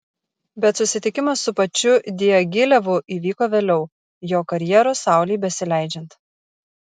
bet susitikimas su pačiu diagilevu įvyko vėliau jo karjeros saulei besileidžiant